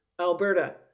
Alberta